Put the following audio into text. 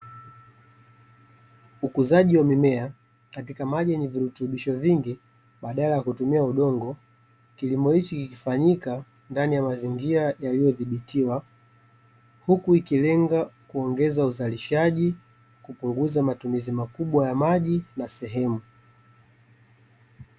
Ukuzaji wa mimea katika maji yenye virutubisho vingi, badala ya kutumia udongo. Kilimo hichi kikifanyika ndani ya mazingira yaliyodhibitiwa, huku ikilenga kuongeza uzalishaji, kupunguza matumizi makubwa ya maji na sehemu.